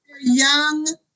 Young